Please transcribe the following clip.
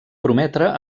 prometre